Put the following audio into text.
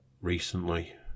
recently